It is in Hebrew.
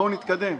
בואו נתקדם.